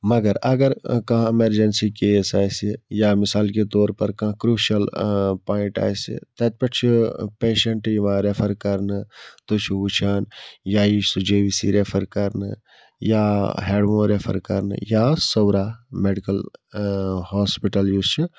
مگر اگر کانٛہہ اٮ۪ٮمَرجنسی کیس آسہِ یا مِثال کے طور پَر کانٛہہ کرٛوٗشَل پایِنٛٹ آسہِ تَتہِ پٮ۪ٹھ چھِ پیشَنٛٹ یِوان رٮ۪فَر کَرنہٕ تُہۍ چھُو وٕچھان یا یی سُہ جے وی سی رٮ۪فَر کَرنہٕ یا ہٮ۪ڈوُن رٮ۪فَر کَرنہٕ یا صورہ مٮ۪ڈِکَل ہاسپِٹَل یُس چھِ